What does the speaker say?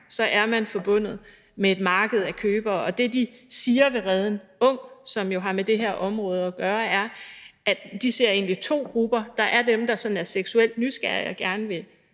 så er man forbundet med et marked af købere. Og det, de siger i RedenUng, som jo har med det her område at gøre, er, at de egentlig ser to grupper: Der er dem, der sådan er seksuelt nysgerrige og gerne vil